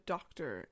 Doctor